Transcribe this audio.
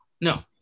No